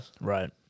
Right